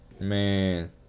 Man